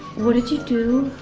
what did you do?